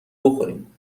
بخوریم